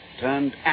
turned